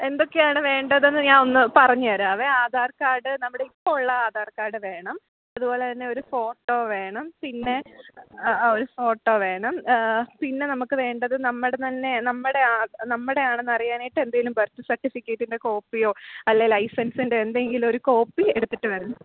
എന്തൊക്കെയാണ് വേണ്ടതെന്ന് ഞാൻ ഒന്ന് പറഞ്ഞു തരാവെ ആധാർ കാർഡ് നമ്മുടെ ഇപ്പോൾ ഉള്ള ആധാർ കാർഡ് വേണം അതുപോലെത്തന്നെ ഒരു ഫോട്ടോ വേണം പിന്നെ അ ആ ഒരു ഫോട്ടോ വേണം പിന്നെ നമുക്ക് വേണ്ടത് നമ്മുടെ തന്നെ നമ്മുടെ നമ്മടെയാണ് എന്ന് അറിയാനായിട്ട് എന്തെങ്കിലും ബർത്ത് സർട്ടിഫിക്കറ്റിൻ്റെ കോപ്പിയോ അല്ലെങ്കിൽ ലൈസൻസിൻ്റെ എന്തെങ്കിലും ഒരു കോപ്പി എടുത്തിട്ട് വരണം